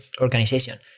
organization